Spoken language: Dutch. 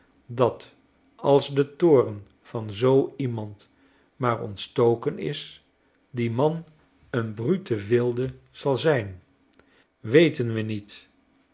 dat als de toorn van zoo iemand maar ontstoken is die man een brutale wilde zal zijn weten we niet